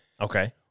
Okay